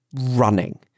running